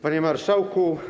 Panie Marszałku!